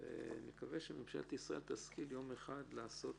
נקווה שממשלת ישראל תשכיל יום אחד לעשות